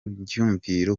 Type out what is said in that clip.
byiyumviro